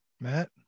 Matt